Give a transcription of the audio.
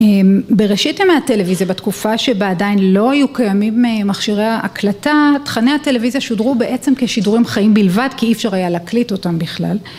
בראשית ימי הטלוויזיה בתקופה שבה עדיין לא היו קיימים מכשירי הקלטה תכני הטלוויזיה שודרו בעצם כשידורים חיים בלבד כי אי אפשר היה להקליט אותם בכלל